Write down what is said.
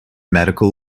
medical